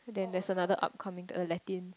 then there's another upcoming uh Latin